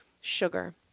Sugar